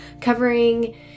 covering